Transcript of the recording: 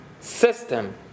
system